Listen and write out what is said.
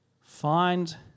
Find